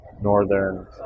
Northern